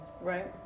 Right